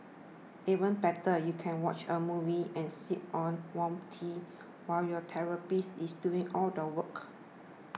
even better you can watch a movie and sip on warm tea while your therapist is doing all the work